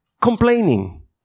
complaining